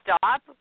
stop